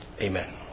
Amen